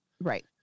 Right